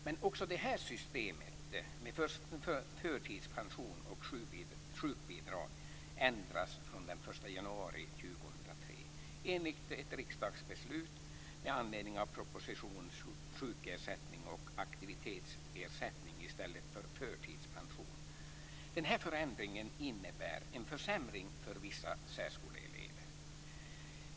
Men också det här systemet med förtidspension och sjukbidrag ändras från den 1 januari 2003, enligt ett riksdagsbeslut med anledning av propositionen Sjukersättning och aktivitetsersättning i stället för förtidspension. Den här förändringen innebär en försämring för vissa särskoleelever.